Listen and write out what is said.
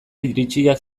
iritsiak